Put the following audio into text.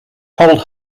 cold